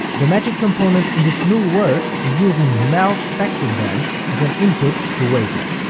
the magic component in this new work is using mel spectrograms as an input to wavenet.